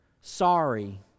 sorry